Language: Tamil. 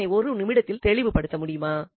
இதனை ஒரு நிமிடத்தில் தெளிவுபடுத்த முடியுமா